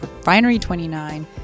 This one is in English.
Refinery29